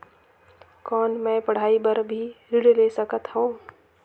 कौन मै पढ़ाई बर भी ऋण ले सकत हो?